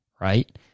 right